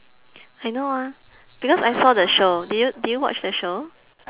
I know ah because I saw the show did you did you watch the show